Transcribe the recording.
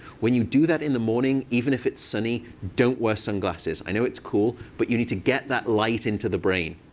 when you do that in the morning, even if it's sunny, don't wear sunglasses. i know it's cool. but you need to get that light into the brain.